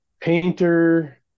painter